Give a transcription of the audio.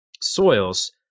soils